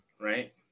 right